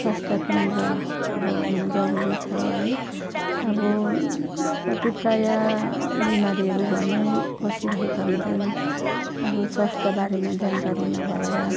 स्वास्थ्य केन्द्र अब हुन जरुरी छ है अब कति प्रायः बिमारीहरू घरमै बसिरहेका हुन्छन् अब स्वास्थ्यबारेमा जानकारी नभएर